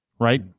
right